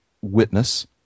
witness